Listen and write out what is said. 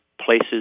places